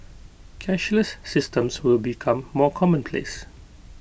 cashless systems will become more commonplace